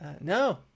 no